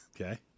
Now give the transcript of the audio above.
Okay